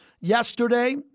yesterday